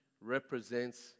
represents